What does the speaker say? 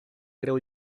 creu